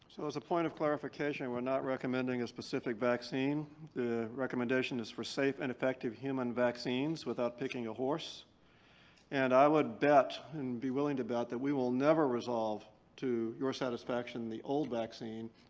so as a point of clarification, we're not recommending a specific vaccine. the recommendation is for safe and effective human vaccines without picking a horse and i would bet and would be willing to bet that we will never resolve to your satisfaction the old vaccine.